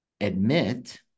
admit